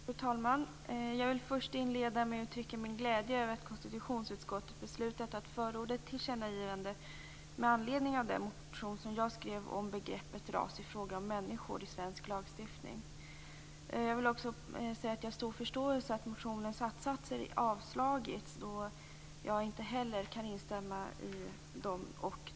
Fru talman! Jag vill uttrycka min glädje över att konstitutionsutskottet beslutat att förorda ett tillkännagivande med anledning av den motion jag väckt om begreppet ras i fråga om människor i svensk lagstiftning. Jag har stor förståelse för att motionens att-satser har avstyrkts då inte heller jag kan instämma i dem.